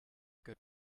good